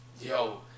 Yo